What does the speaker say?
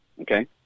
Okay